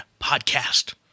Podcast